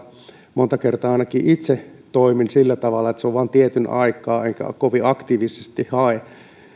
monta kertaa ainakin itse toimin sillä tavalla että se on vain tietyn aikaa enkä kovin aktiivisesti hae